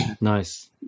nice